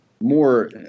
more